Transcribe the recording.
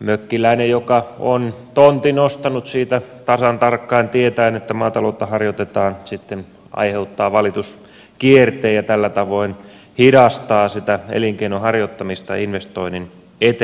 mökkiläinen joka on tontin ostanut siitä tasan tarkkaan tietäen että maataloutta harjoitetaan sitten aiheuttaa valituskierteen ja tällä tavoin hidastaa sitä elinkeinon harjoittamista ja investoinnin etenemistä